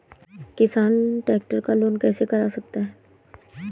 किसान ट्रैक्टर का लोन कैसे करा सकता है?